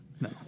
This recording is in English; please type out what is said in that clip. No